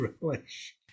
relish